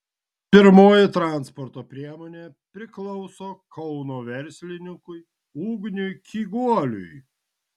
pirmoji transporto priemonė priklauso kauno verslininkui ugniui kiguoliui